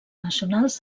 nacionals